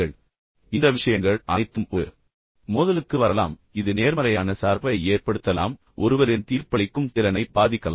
எனவே இந்த விஷயங்கள் அனைத்தும் ஒரு மோதலுக்கு வரலாம் இது நேர்மறையான சார்பை ஏற்படுத்தலாம் மற்றும் ஒருவரின் தீர்ப்பளிக்கும் திறனை பாதிக்கலாம்